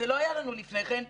זה לא היה לנו לפני כן.